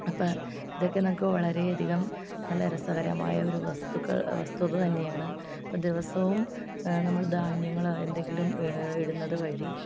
അപ്പം ഇതെക്കെ നമുക്ക് വളരെയധികം നല്ല രസകരമായ ഒരു വസ്തുക്കൾ വസ്തുത തന്നെയാണ് അപ്പം ദിവസവും നമ്മൾ ധാന്യങ്ങളോ എന്തെങ്കിലും ഇടുന്നത് വഴി